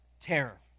terror